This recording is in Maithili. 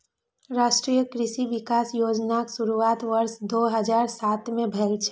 राष्ट्रीय कृषि विकास योजनाक शुरुआत वर्ष दू हजार सात मे भेल रहै